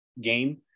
game